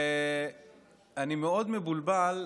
אני מאוד מבולבל,